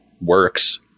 works